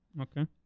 Okay